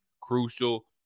crucial